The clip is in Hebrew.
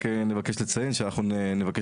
חבר'ה, אני מודיע